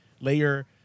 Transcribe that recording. layer